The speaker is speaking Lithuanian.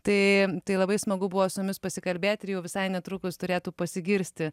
tai tai labai smagu buvo su jumis pasikalbėti ir jau visai netrukus turėtų pasigirsti